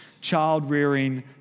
child-rearing